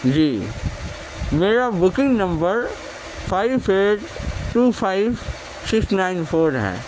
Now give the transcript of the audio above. جی میرا بکنگ نمبر five eight two five six nine four ہے